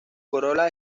corola